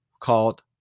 called